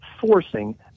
forcing